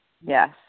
Yes